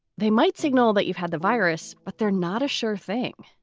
they might signal that you've had the virus, but they're not a sure thing.